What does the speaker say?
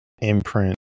imprint